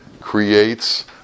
creates